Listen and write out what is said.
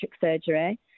surgery